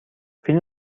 فیلم